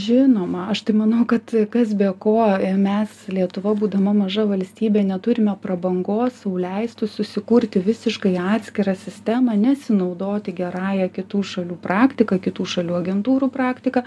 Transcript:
žinoma aš tai manau kad kas be ko mes lietuva būdama maža valstybė neturime prabangos leistų susikurti visiškai atskirą sistemą nesinaudoti gerąja kitų šalių praktika kitų šalių agentūrų praktika